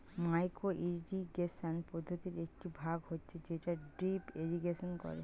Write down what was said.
micro irrigation পদ্ধতির একটি ভাগ হচ্ছে যেটা ড্রিপ ইরিগেশন করে